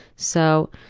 so,